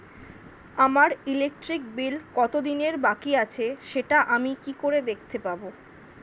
আমার electric bill কত দিনের বাকি আছে সেটা আমি কি করে দেখতে পাবো?